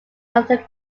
another